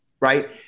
right